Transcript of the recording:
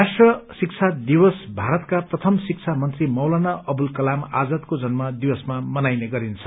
राष्ट्रीय शिक्षा दिवस भारतका प्रथम शिक्षा मंत्री मौलाना अबुल कलाम आजादको जन्म दिवसरमा मनाइने गरिन्छ